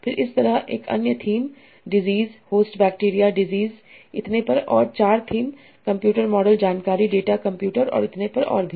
फिर इसी तरह एक अन्य theme disease host bacteria disease इतने पर और 4 थीम कंप्यूटर मॉडल जानकारी डेटा कंप्यूटर और इतने पर और भी